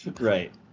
Right